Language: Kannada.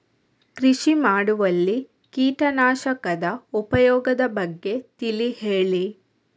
ಕೃಷಿ ಮಾಡುವಲ್ಲಿ ಕೀಟನಾಶಕದ ಉಪಯೋಗದ ಬಗ್ಗೆ ತಿಳಿ ಹೇಳಿ